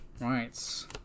right